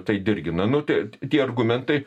tai dirgina nu tai tie argumentai